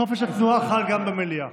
חופש התנועה חל גם במליאה.